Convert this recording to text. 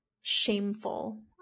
shameful